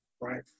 right